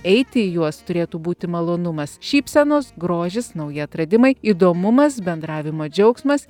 eiti į juos turėtų būti malonumas šypsenos grožis nauji atradimai įdomumas bendravimo džiaugsmas